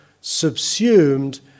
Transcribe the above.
subsumed